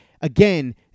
Again